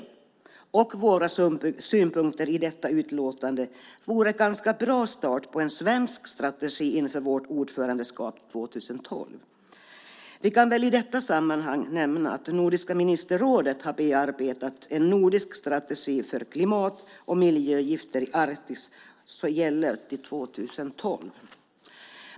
Det och våra synpunkter i detta utlåtande vore en ganska bra start på en svensk strategi inför vårt ordförandeskap 2012. Det kan i detta sammanhang nämnas att Nordiska ministerrådet har bearbetat en nordisk strategi för klimat och miljögifter i Arktis som gäller till 2012.